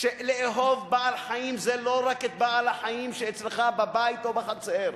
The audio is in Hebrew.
שלאהוב בעל-חיים זה לא רק את בעל-החיים שאצלך בבית או בחצר.